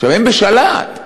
הם בשל"ת,